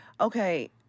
okay